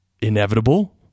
inevitable